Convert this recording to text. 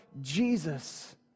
Jesus